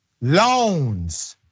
Loans